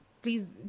please